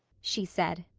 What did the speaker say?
she said.